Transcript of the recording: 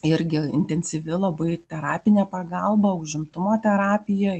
irgi intensyvi labai terapinė pagalba užimtumo terapija